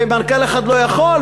ומנכ"ל אחד לא יכול,